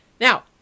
Now